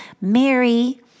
Mary